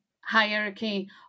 hierarchy